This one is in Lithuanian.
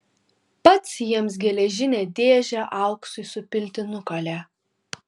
pats jiems geležinę dėžę auksui supilti nukalė